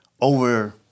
over